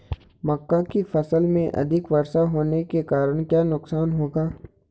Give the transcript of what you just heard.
मक्का की फसल में अधिक वर्षा होने के कारण क्या नुकसान होगा?